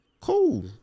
cool